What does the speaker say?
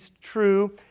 true